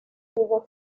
hubo